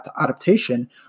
adaptation